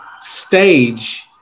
stage